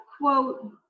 quote